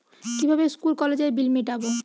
কিভাবে স্কুল কলেজের বিল মিটাব?